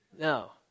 No